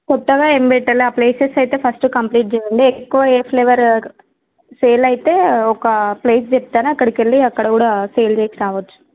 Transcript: కొత్తగా ఏం పెట్టలే ఆ ప్లేసెస్ అయితే ఫస్ట్ కంప్లీట్ చేయండి ఎక్కువ ఏ ఫ్లేవరు సేల్ అయితే ఒక ప్లేస్ చెప్తాను అక్కడకి వెళ్ళి అక్కడ కూడా సేల్ చేసి రావచ్చు